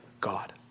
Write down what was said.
God